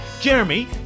Jeremy